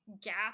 gap